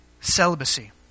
celibacy